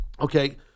Okay